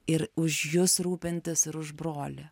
ir už jus rūpintis ir už brolį